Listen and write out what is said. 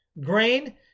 grain